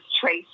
Trace